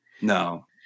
No